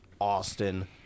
Austin